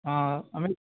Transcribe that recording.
অঁ আমি